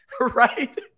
right